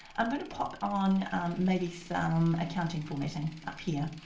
i'm going to pop on maybe some accounting formatting up here.